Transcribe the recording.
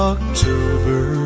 October